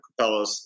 Capellas